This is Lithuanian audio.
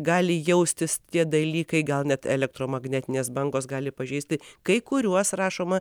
gali jaustis tie dalykai gal net elektromagnetinės bangos gali pažeisti kai kuriuos rašoma